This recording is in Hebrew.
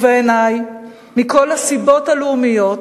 ובעיני, מכל הסיבות הלאומיות,